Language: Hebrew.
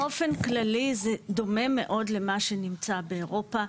באופן כללי זה דומה מאוד למה שנמצא באירופה,